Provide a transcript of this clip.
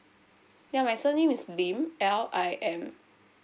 ya my surname is lim L I M